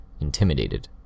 intimidated